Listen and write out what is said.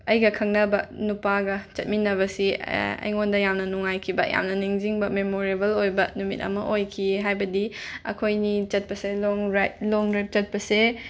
ꯑꯩꯒ ꯈꯪꯅꯕ ꯅꯨꯄꯥꯒ ꯆꯠꯃꯤꯟꯅꯕꯁꯤ ꯑꯩꯉꯣꯟꯗ ꯌꯥꯝꯅ ꯅꯨꯡꯉꯥꯏꯈꯤꯕ ꯌꯥꯝꯅ ꯅꯤꯡꯁꯤꯡꯕ ꯃꯦꯃꯣꯔꯦꯕꯜ ꯑꯣꯏꯕ ꯅꯨꯃꯤꯠ ꯑꯃ ꯑꯣꯏꯈꯤꯌꯦ ꯍꯥꯏꯕꯗꯤ ꯑꯩꯈꯣꯏ ꯑꯅꯤ ꯆꯠꯄꯁꯦ ꯂꯣꯡ ꯔꯥꯏꯠ ꯂꯣꯡ ꯔꯨꯠ ꯆꯠꯄꯁꯦ